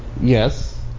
Yes